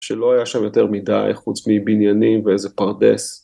‫שלא היה שם יותר מדי, ‫חוץ מבניינים ואיזה פרדס.